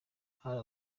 hari